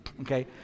okay